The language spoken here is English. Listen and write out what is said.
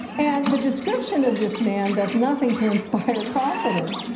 and the description of this man does nothing to inspire confidence.